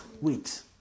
Wait